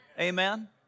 Amen